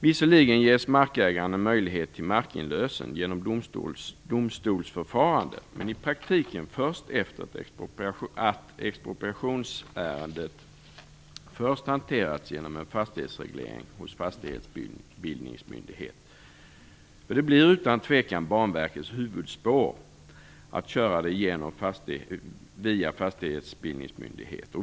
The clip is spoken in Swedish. Visserligen ges markägaren en möjlighet till markinlösen genom domstolsförfarande, men i praktiken först efter det att expropriationsärendet hanterats genom en fastighetsreglering hos fastighetsbildningsmyndighet. Det blir utan tvivel Banverkets huvudspår att köra det via fastighetsbildningsmyndighet.